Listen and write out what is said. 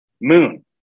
moon